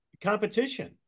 competition